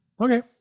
Okay